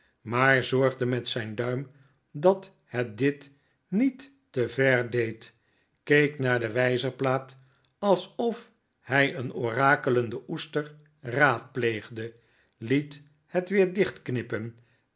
maar zorgde met zijn duim dat het dit niet te ver deed keek naar de wijzerplaat alsof hij een orakelende oester raadpleegde liet het weer